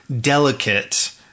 delicate